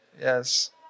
Yes